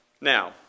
Now